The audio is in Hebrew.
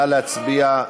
נא להצביע.